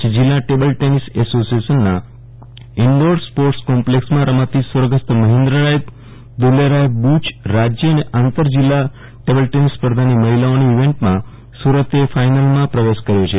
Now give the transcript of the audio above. કચ્છ જિલ્લા table tennis એસોસિએ શનના ઈન્ડોર સ્પોર્ટસ કોમ્પલક્ષમાં રમાતી સ્વર્ગસ્થ મહેન્દ્રરાય દુલરાય બ્રચ રાજય અને આંતર જિલ્લા ટેબલ ટેનિસ સ્પર્ધાની મહિલાઓનો ઈવેન્ટમાં સુરત ફાઈનલમાં પ્રવેશ કર્યો છે